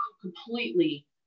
completely